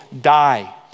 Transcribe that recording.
die